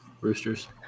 roosters